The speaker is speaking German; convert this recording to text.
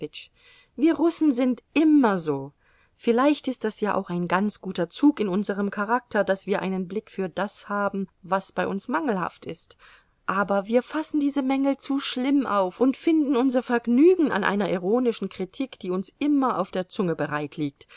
wir russen sind immer so vielleicht ist das ja auch ein ganz guter zug in unserem charakter daß wir einen blick für das haben was bei uns mangelhaft ist aber wir fassen diese mängel zu schlimm auf und finden unser vergnügen an einer ironischen kritik die uns immer auf der zunge bereit liegt